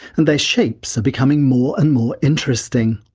and their shapes are becoming more and more interesting.